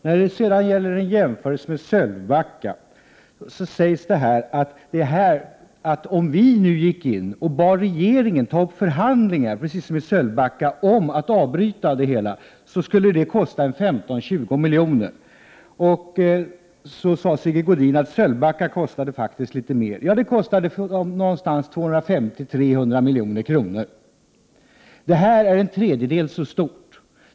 När det sedan gäller en jämförelse med Sölvbacka strömmar sades det att om vi i riksdagen nu ingrep och bad regeringen ta upp förhandlingar om att avbryta projektet — precis som fallet var med Sölvbacka — skulle detta avbrott kosta 15 till 20 milj.kr. Sigge Godin sade att Sölvbackaärendet faktiskt kostade litet mer. Ja, det kostade i runda tal 250 till 300 milj.kr. Det här projektet är en tredjedel så stort.